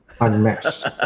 unmatched